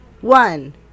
One